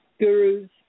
gurus